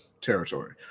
territory